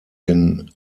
den